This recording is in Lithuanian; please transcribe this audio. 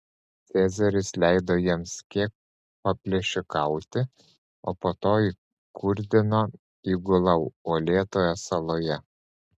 cezaris leido jiems kiek paplėšikauti o po to įkurdino įgulą uolėtoje saloje